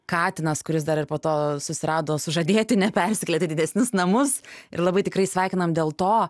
katinas kuris dar ir po to susirado sužadėtinę persikėlėt į didesnius namus ir labai tikrai sveikinam dėl to